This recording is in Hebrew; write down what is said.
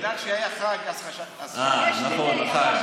בגלל שהיה חג, חשבתי, אה, נכון, החג.